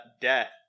death